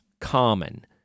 common